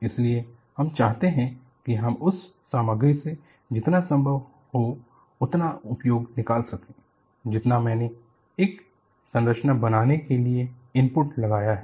इसलिए हम चाहते हैं कि हम उस सामग्री से जितना संभव हो उतना उपयोग निकाल सके जितना मैंने एक संरचना बनाने के लिए इनपुट लगाया है